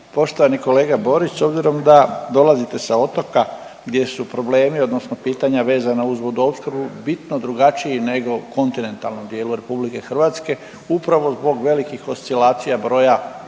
Poštovani kolega Borić, s obzirom da dolazite sa otoka gdje su problemi odnosno pitanja vezana uz vodoopskrbu bitno drugačiji nego u kontinentalnom dijelu RH upravo zbog velikih oscilacija broja